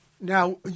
Now